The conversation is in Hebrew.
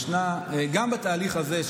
גם בתהליך הזה,